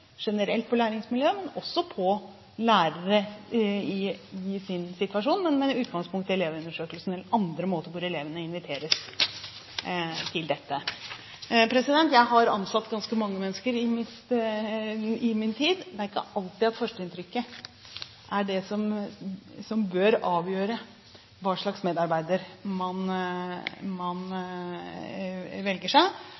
på læringsmiljøet generelt, men også på lærere i deres situasjon – med utgangspunkt i elevundersøkelser, eller andre måter hvor elevene inviteres til dette. Jeg har ansatt ganske mange mennesker i min tid. Det er ikke alltid at førsteinntrykket er det som bør avgjøre hva slags medarbeider man